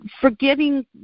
forgetting